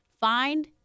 find